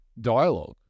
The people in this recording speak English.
dialogue